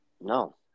No